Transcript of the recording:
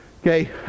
Okay